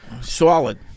solid